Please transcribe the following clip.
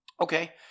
Okay